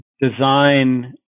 design